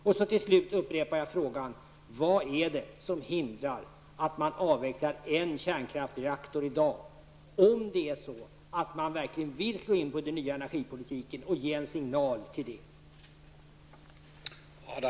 Till slut vill jag upprepa frågan vad det är som hindrar att man avvecklar en kärnreaktor i dag, om man verkligen vill slå in på den nya energipolitiken och ge signaler till detta.